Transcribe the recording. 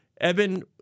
Evan